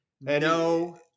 No